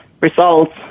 results